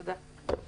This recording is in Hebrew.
תודה.